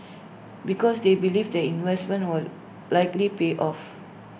because they believe the investment will likely pay off